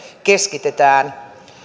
keskitetään